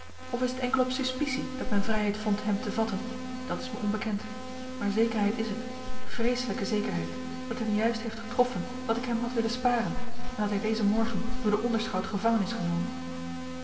of is het enkel op suspicie dat men vrijheid vond hem te vatten dat is me onbekend maar zekerheid is het vreeselijke zekerheid dat hem juist heeft getroffen wat ik hem had willen sparen en dat hij dezen morgen door den onderschout gevangen is genomen